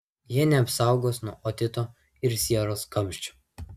jie neapsaugos nuo otito ir sieros kamščių